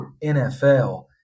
NFL